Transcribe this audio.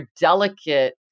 delicate